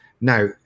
Now